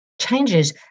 changes